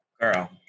Girl